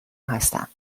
هستم